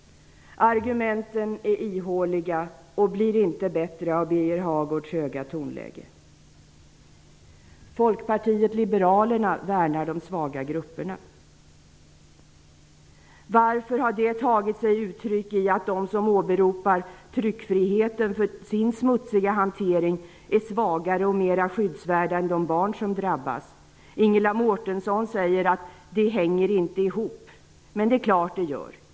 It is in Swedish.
Argumenten är ihåliga och blir inte bättre av Birger Hagårds höga tonläge. Folkpartiet liberalerna värnar de svaga grupperna. Varför har det tagit sig uttryck i att de som åberopar tryckfriheten för sin smutsiga hantering är svagare och mer skyddsvärda än de barn som drabbas? Ingela Mårtensson säger att det inte hänger ihop. Men det är klart att det gör.